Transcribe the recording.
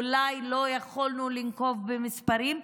ואולי לא יכולנו לנקוב במספרים,